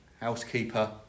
housekeeper